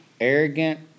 arrogant